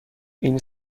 این